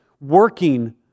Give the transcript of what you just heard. Working